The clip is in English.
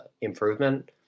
improvement